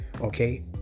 okay